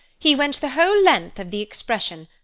he went the whole length of the expression,